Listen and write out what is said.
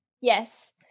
Yes